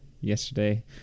Yesterday